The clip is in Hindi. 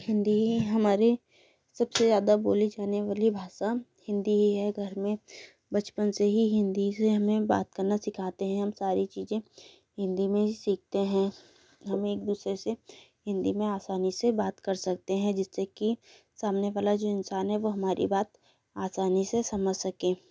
हिंदी हमारी सब से ज़्यादा बोली जाने वाली भाषा हिंदी है घर में बचपन से ही हिंदी से हमें बात करना सिखाते हैं हम सारी चीज हिंदी में सीखते हैं हमें एक दूसरे से हिंदी में आसानी से बात कर सकते हैं जिससे कि सामने वाला जो इंसान है वह हमारी बात आसानी से समझ सकें